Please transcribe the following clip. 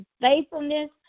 faithfulness